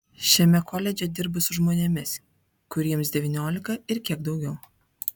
šiame koledže dirbu su žmonėmis kuriems devyniolika ir kiek daugiau